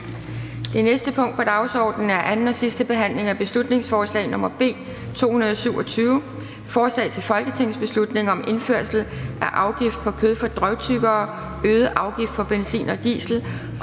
Det næste punkt på dagsordenen er: 31) 2. (sidste) behandling af beslutningsforslag nr. B 227: Forslag til folketingsbeslutning om indførsel af afgift på kød fra drøvtyggere, øget afgift på benzin og diesel